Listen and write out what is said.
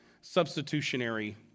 substitutionary